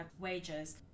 wages